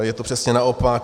Je to přesně naopak.